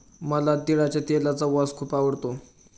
मला तिळाच्या तेलाचा वास खूप आवडतो